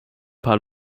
paar